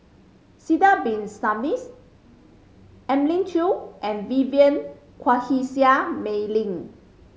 Sidek Bin Saniffs Elim Chew and Vivien Quahe Seah Mei Lin